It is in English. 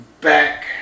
back